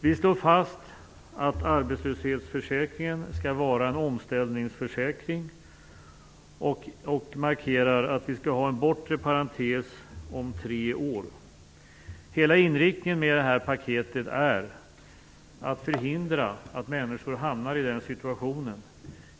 Vi slår fast att arbetslöshetsförsäkringen skall vara en omställningsförsäkring och markerar att vi skall ha en bortre parentes om tre år. Hela inriktningen i det här paketet är att förhindra att människor hamnar i den situationen.